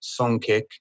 Songkick